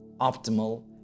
optimal